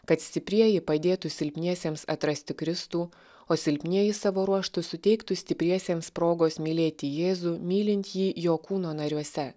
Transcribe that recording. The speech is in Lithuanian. kad stiprieji padėtų silpniesiems atrasti kristų o silpnieji savo ruožtu suteiktų stipriesiems progos mylėti jėzų mylint jį jo kūno nariuose